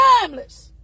timeless